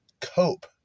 Cope